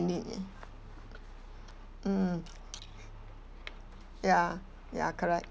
need mm ya ya correct